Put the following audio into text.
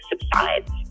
subsides